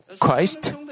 Christ